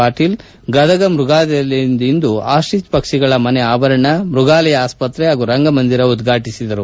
ಪಾಟೀಲ್ ಗದಗ ಮ್ಯಗಾಲಯದಲ್ಲಿಂದು ಆಸ್ಟಿಚ್ ಪಕ್ಷಿಗಳ ಮನೆ ಆವರಣ ಮೃಗಾಲಯ ಆಸ್ತ್ರೆ ಪಾಗೂ ರಂಗಮಂದಿರ ಉದ್ಘಾಟಿಸಿದರು